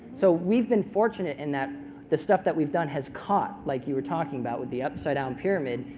so we've been fortunate in that the stuff that we've done has caught, like you were talking about with the upside-down pyramid,